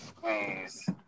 please